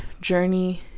journey